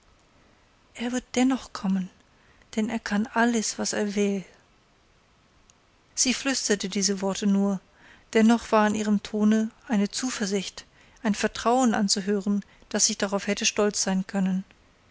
er wird dennoch kommen denn er kann alles alles was er will sie flüsterte diese worte nur dennoch war ihrem tone eine zuversicht ein vertrauen anzuhören daß ich darauf hätte stolz sein können